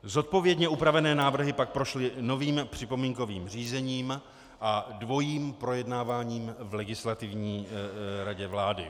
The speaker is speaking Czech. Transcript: Zodpovědně upravené návrhy pak prošly novým připomínkovým řízením a dvojím projednáváním v Legislativní radě vlády.